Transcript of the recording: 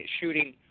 shooting